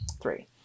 Three